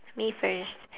me first